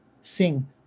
sing